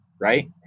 Right